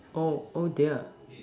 oh oh dear